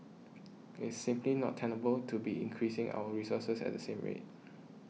it is simply not tenable to be increasing our resources at the same rate